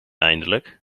eindelijk